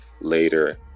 later